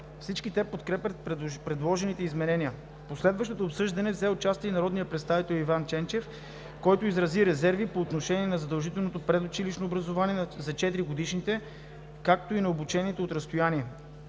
Всички те подкрепят предложените изменения. В последващото обсъждане взе участие народният представител Иван Ченчев, който изрази резерви по отношение на задължителното предучилищно образование за четиригодишните, както и на обучението от разстояние.